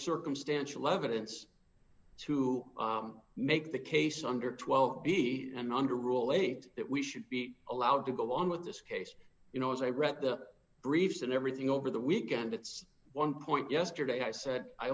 circumstantial evidence to make the case under twelve b and under rule eight that we should be allowed to go on with this case you know as i read the briefs and everything over the weekend it's one point yesterday i said i